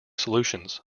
solutions